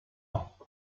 ans